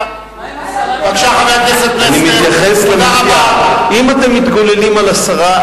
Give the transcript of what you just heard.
אם אתם מתגוללים על השרה,